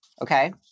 Okay